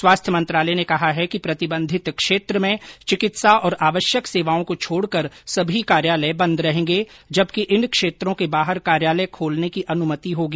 स्वास्थ्य मंत्रालय ने कहा कि प्रतिबंधित क्षेत्र में चिकित्सा और आवश्यक सेवाओं को छोडकर सभी कार्यालय बंद रहेंगे जबकि इन क्षेत्रों के बाहर कार्यालय खोलने की अन्मति होगी